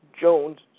Jones